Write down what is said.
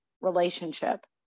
relationship